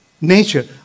Nature